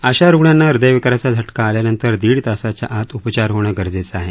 अशा रुग्णांना हृदयविकाराचा झटका आल्यानंतर दीड तासाच्या आत उपचार होणं गरजेचं आहे